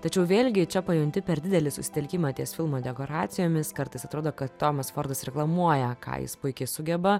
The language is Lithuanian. tačiau vėlgi čia pajunti per didelį susitelkimą ties filmo dekoracijomis kartais atrodo kad tomas fordas reklamuoja ką jis puikiai sugeba